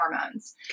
hormones